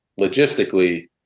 logistically